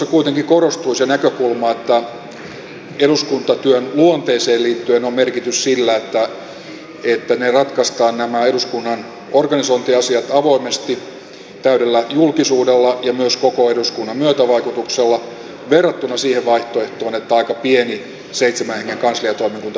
valmistelussa kuitenkin korostui se näkökulma että eduskuntatyön luonteeseen liittyen on merkitys sillä että nämä eduskunnan organisointiasiat ratkaistaan avoimesti täydellä julkisuudella ja myös koko eduskunnan myötävaikutuksella verrattuna siihen vaihtoehtoon että aika pieni seitsemän hengen kansliatoimikunta tekisi päätöksiä